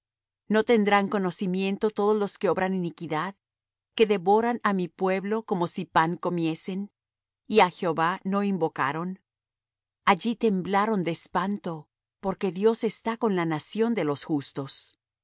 no tendrán conocimiento todos los que obran iniquidad que devoran á mi pueblo como si pan comiesen y á jehová no invocaron allí temblaron de espanto porque dios está con la nación de los justos